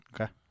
Okay